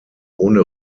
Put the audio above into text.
ohne